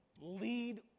lead